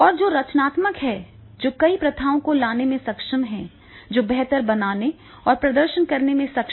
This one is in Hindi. और जो रचनात्मक हैं जो नई प्रथाओं को लाने में सक्षम हैं जो बेहतर बनाने और प्रदर्शन करने में सक्षम हैं